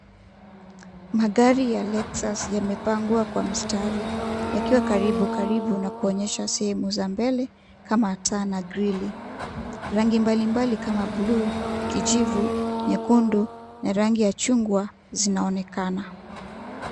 Magari ya lexus yamepangwa yakiwa karibu karibu na yakionyesha sehemu za mbele kama taa na grili . Rangi mbalimbali kama buluu, kijivu, nyekundu na rangi ya chungwa zinaonekana.